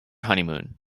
honeymoon